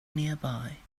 nearby